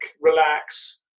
relax